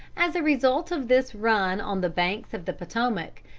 as a result of this run on the banks of the potomac,